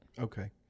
Okay